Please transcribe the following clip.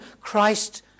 Christ